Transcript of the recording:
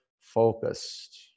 Focused